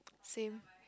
same